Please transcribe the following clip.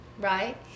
right